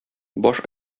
баш